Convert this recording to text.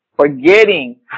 forgetting